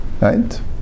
right